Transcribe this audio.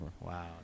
Wow